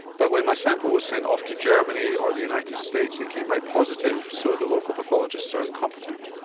but when my sample was sent off to germany or the united states it came back positive, so the local pathologists are incompetent.